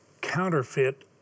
counterfeit